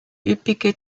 üppige